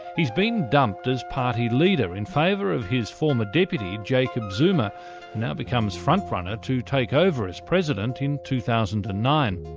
he's been dumped as party leader in favour of his former deputy, jacob zuma who now becomes front-runner to take over as president in two thousand and nine.